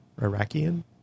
iraqian